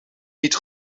niet